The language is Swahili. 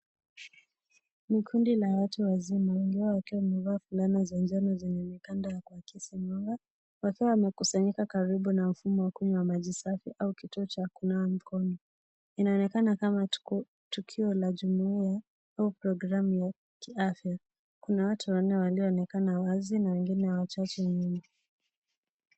Ni kundi la watu wazima ambao wakiwa mevalia fulana za njano zenye mikanda yakisambarau wakiwa wamekusanyika karibu na mfumo wakunywa maji safi au kituo cha kunawa mikono inaonekana kama tukio la jumuiya au programu ya kiafya kuna watu wanne walionekana wazi na wengine wachache nyuma.